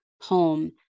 home